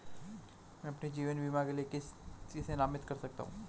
मैं अपने जीवन बीमा के लिए किसे नामित कर सकता हूं?